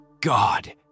God